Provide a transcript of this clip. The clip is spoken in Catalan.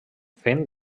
fent